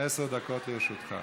עשר דקות לרשותך.